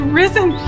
risen